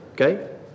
Okay